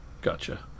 Gotcha